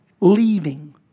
leaving